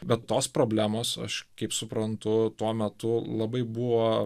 bet tos problemos aš kaip suprantu tuo metu labai buvo